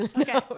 Okay